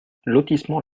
lotissement